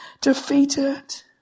defeated